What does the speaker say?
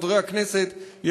חברי הכנסת,